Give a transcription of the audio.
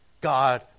God